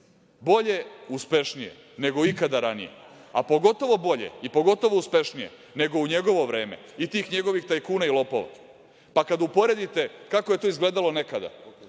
bolje, uspešnije nego ikada ranije, a pogotovo bolje i pogotovo uspešnije nego u njegovo vreme i tih njegovih tajkuna i lopava, pa kada uporedite kako je to izgledalo nekada,